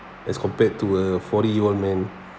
as compared to a forty year old man